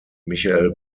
michael